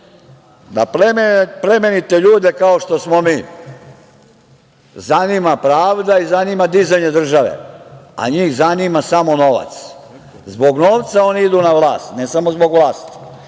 da plemenite ljude kao što smo mi, zanima pravda i zanima dizanje države, a njih zanima samo novac. Zbog novca oni idu na vlast, ne samo zbog vlasti,